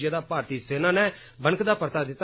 जेहदा भारती सेना ने बनकदा परता दिता